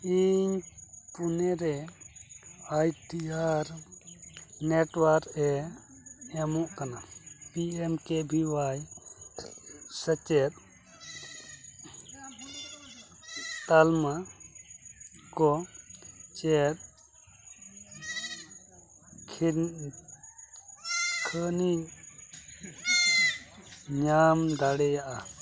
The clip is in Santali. ᱤᱧ ᱯᱩᱱᱮ ᱨᱮ ᱟᱭ ᱴᱤ ᱟᱨ ᱱᱮᱴᱳᱣᱟᱨᱠ ᱮ ᱮᱢᱚᱜ ᱠᱟᱱᱟ ᱯᱤ ᱮᱢ ᱠᱮ ᱵᱷᱤ ᱚᱣᱟᱭ ᱥᱮᱪᱮᱫ ᱛᱟᱞᱢᱟ ᱠᱚ ᱪᱮᱫ ᱠᱷᱤᱱ ᱠᱷᱚᱱᱤᱧ ᱧᱟᱢ ᱫᱟᱲᱮᱭᱟᱜᱼᱟ